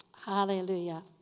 Hallelujah